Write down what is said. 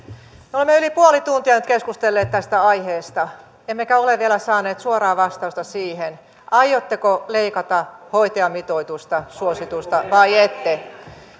olemme yli puoli tuntia nyt keskustelleet tästä aiheesta emmekä ole vielä saaneet suoraa vastausta siihen aiotteko leikata hoitajamitoitusta suositusta vai ette